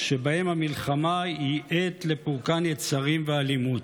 שבהם המלחמה היא עת לפורקן יצרים ואלימות.